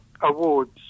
Awards